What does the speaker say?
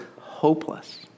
hopeless